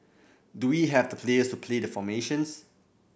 do we have the players to play the formations